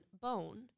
bone